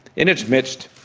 in its midst,